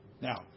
now